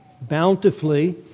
Bountifully